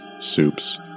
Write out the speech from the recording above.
soups